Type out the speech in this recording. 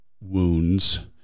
wounds